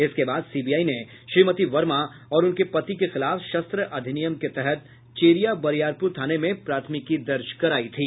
इसके बाद सीबीआई ने श्रीमती वर्मा और उनके पति के खिलाफ शस्त्र अधिनियम के तहत चेरिया बरियारपुर थाने में प्राथमिकी दर्ज करायी थी